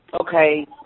Okay